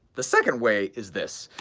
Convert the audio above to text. the second way is this,